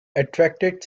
attracted